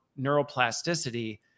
neuroplasticity